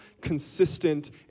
consistent